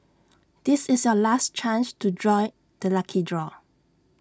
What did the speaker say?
this is your last chance to join the lucky draw